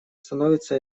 становится